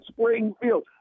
Springfield